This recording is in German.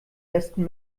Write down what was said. besten